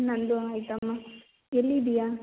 ನನ್ನದೂ ಆಯಿತಮ್ಮ ಎಲ್ಲಿದ್ದೀಯಾ